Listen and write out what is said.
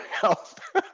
health